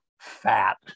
fat